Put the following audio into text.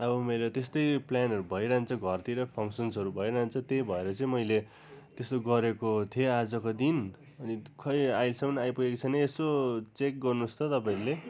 अब मैले त्यस्तै प्लानहरू भइरहन्छ घरतिर फङ्सन्सहरू भइरहन्छ त्यही भएर चाहिँ मैले त्यसो गरेको थिएँ आजको दिन अनि खै अहिलेसम्म आइपुगेको छैन यसो चेक गर्नुहोस् त तपाईँहरूले